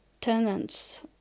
tenants